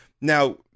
Now